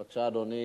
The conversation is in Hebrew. בבקשה, אדוני